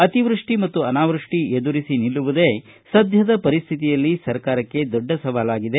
ಅತಿವೃಷ್ಟಿ ಮತ್ತು ಅನಾವೃಷ್ಟಿ ಎದುರಿಸಿ ನಿಲ್ಲುವುದೇ ಸದ್ಯದ ಪರಿಸ್ಥಿತಿಯಲ್ಲಿ ಸರ್ಕಾರಕ್ಕೆ ದೊಡ್ಡ ಸವಾಲಾಗಿದೆ